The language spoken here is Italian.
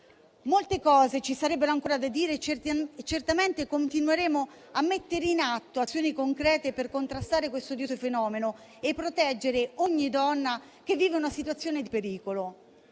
Molte cose ci sarebbero ancora da dire e certamente continueremo a porre in essere azioni concrete per contrastare questo odioso fenomeno e proteggere ogni donna che vive una situazione di pericolo.